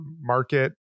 Market